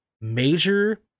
major